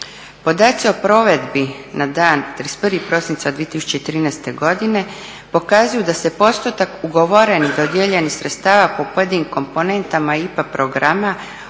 Podaci o provedbi na dan 31.prosinca 2013.godine pokazuju da se postotak ugovorenih dodijeljenih sredstava po pojedinim komponentama IPA programa